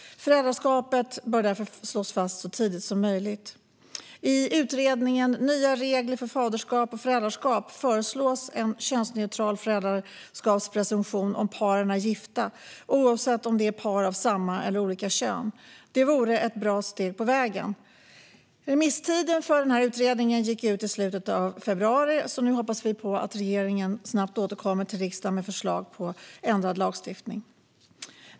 Föräldraskapet bör därför slås fast så tidigt som möjligt. I utredningen Nya regler för faderskap och föräldraskap föreslås en könsneutral föräldraskapspresumtion om paren är gifta - alltså oavsett om det är par av samma eller olika kön. Det vore ett bra steg på vägen. Remisstiden för den här utredningen gick ut i slutet av februari, så nu hoppas vi på att regeringen snabbt återkommer till riksdagen med förslag på ändrad lagstiftning.